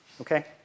Okay